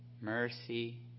Mercy